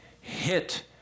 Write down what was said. hit